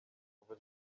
kuva